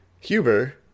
Huber